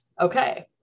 okay